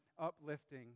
uplifting